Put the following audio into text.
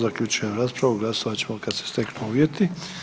zaključujem raspravu glasovat ćemo kad se steknu uvjeti.